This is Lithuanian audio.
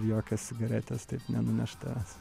jokios cigaretės taip nenuneš tavęs